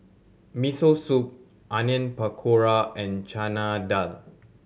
Miso Soup Onion Pakora and Chana Dal